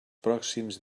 pròxims